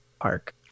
park